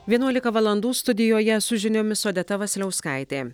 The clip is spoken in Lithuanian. vienuolika valandų studijoje su žiniomis odeta vasiliauskaitė